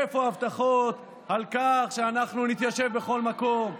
איפה ההבטחות על כך שאנחנו נתיישב בכל מקום?